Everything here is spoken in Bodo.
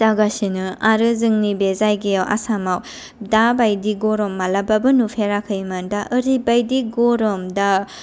जागासिनो आरो जोंनि बे जायगायाव आसामाव दा बादि गरम मालाबाबो नुफेराखैमोन दा ओरैबादि गरम दा